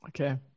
Okay